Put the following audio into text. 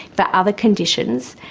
the other conditions,